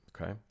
Okay